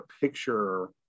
picture